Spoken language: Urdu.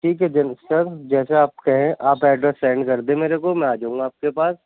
ٹھیک دین سر جیسے آپ کہیں آپ ایڈریس سینڈ کردیں میرے کو میں آ جاؤں گا آپ کے پاس